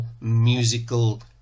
musical